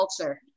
culture